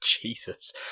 Jesus